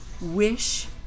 Wish